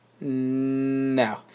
No